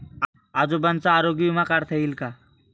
आजोबांचा आरोग्य विमा काढता येईल का?